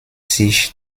sich